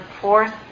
fourth